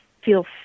feel